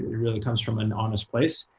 it really comes from an honest place,